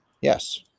Yes